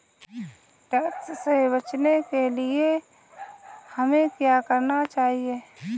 Tax से बचने के लिए हमें क्या करना चाहिए?